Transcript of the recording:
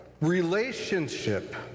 relationship